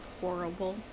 horrible